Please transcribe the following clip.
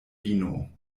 vino